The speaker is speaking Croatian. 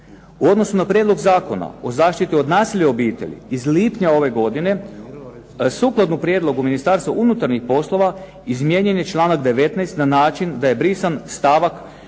U odnosu na Prijedlog zakona o zaštiti od nasilja u obitelji iz lipnja ove godine sukladno prijedlogu Ministarstva unutarnjih poslova izmijenjen je članak 19. na način da je brisan stavak